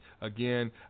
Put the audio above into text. again